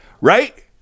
right